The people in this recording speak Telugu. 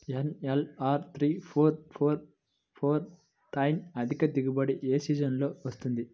NLR three four four four nine అధిక దిగుబడి ఏ సీజన్లలో వస్తుంది?